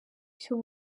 cyu